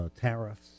tariffs